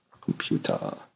Computer